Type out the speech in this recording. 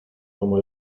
como